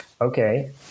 Okay